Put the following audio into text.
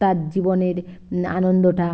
তার জীবনের আনন্দটা